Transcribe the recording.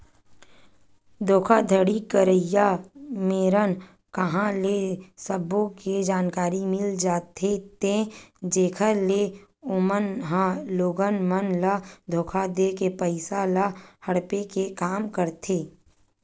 धोखाघड़ी करइया मेरन कांहा ले सब्बो के जानकारी मिल जाथे ते जेखर ले ओमन ह लोगन मन ल धोखा देके पइसा ल हड़पे के काम करथे